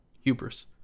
hubris